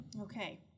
Okay